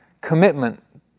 commitment